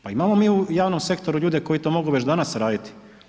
Pa imamo mi u javnom sektoru ljudi koji to mogu već danas raditi.